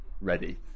ready